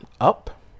up